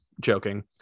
joking